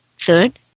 Third